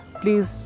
please